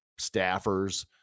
staffers